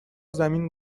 زمین